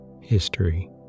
history